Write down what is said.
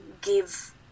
give